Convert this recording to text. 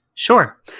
Sure